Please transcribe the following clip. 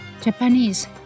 Japanese